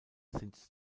sind